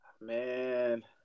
Man